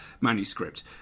manuscript